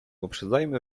uprzedzajmy